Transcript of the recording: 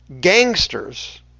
Gangsters